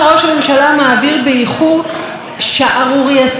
שנוגעות לדברים שהוא חשוד בהם חשדות חמורים,